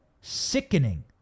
sickening